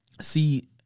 See